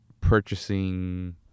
purchasing